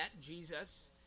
Jesus